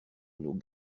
nos